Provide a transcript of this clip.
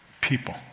People